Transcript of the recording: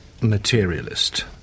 materialist